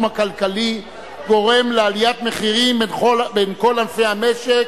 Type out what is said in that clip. הכלכלי גורם לעליות מחירים בכל ענפי המשק.